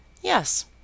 Yes